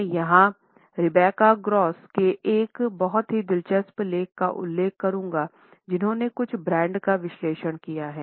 मैं यहां Rebecca Gross के एक बहुत ही दिलचस्प लेख का उल्लेख करूंगा जिन्होंने कुछ ब्रांड का विश्लेषण किया है